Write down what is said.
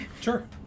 Sure